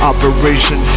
Operation